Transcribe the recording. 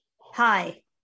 Hi